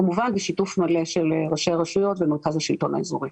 כמובן בשיתוף מלא של ראשי הרשויות ומרכז השלטון האזורי.